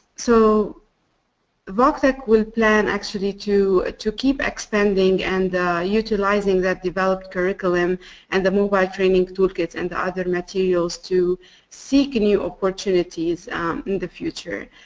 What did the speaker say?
so voctec will plan actually to to keep expanding and utilizing that developed curriculum and the mobile training tool kits and the other materials to seek new opportunities in the future.